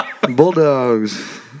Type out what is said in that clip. bulldogs